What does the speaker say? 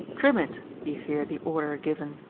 trim it, you hear the order given.